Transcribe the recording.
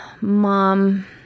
mom